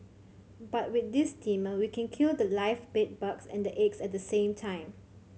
but with this steamer we can kill the live bed bugs and the eggs at the same time